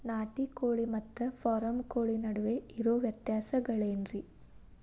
ನಾಟಿ ಕೋಳಿ ಮತ್ತ ಫಾರಂ ಕೋಳಿ ನಡುವೆ ಇರೋ ವ್ಯತ್ಯಾಸಗಳೇನರೇ?